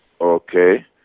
Okay